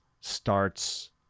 starts